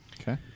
Okay